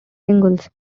singles